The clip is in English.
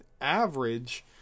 average